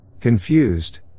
Confused